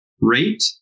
rate